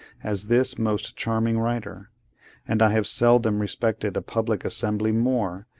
as this most charming writer and i have seldom respected a public assembly more,